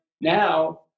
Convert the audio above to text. now